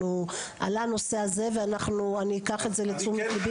עלה בנושא הזה ואני אקח את זה לתשומת ליבי.